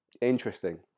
interesting